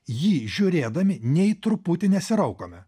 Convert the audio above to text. jį žiūrėdami nei truputį nesiraukome